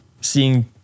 seeing